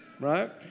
right